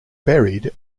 buried